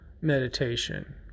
meditation